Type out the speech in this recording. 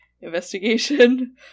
investigation